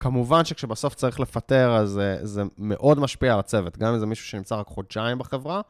כמובן שכשבסוף צריך לפטר, אז זה מאוד משפיע על הצוות, גם אם זה מישהו שנמצא רק חודשיים בחברה.